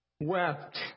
wept